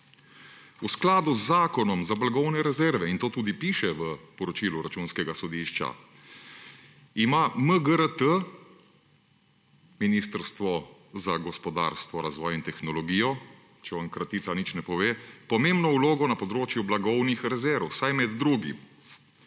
V skladu z Zakonom o blagovnih rezervah, in to tudi piše v poročilu Računskega sodišča, »ima MGRT«, Ministrstvo za gospodarski razvoj in tehnologijo, če vam kratica nič ne pove, »pomembno vlogo na področju blagovnih rezerv, saj med drugim